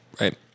Right